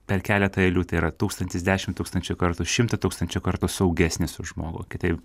per keletą eilių tai yra tūkstantis dešim tūkstančių kartų šimtą tūkstančių kartų saugesnis už žmogų kitaip